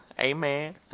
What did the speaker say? Amen